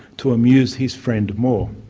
to amuse his friend more.